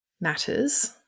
matters